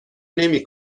نمی